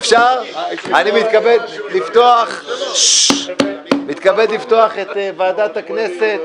אני מתכבד לפתוח את ועדת הכנסת.